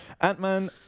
Ant-Man